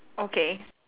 okay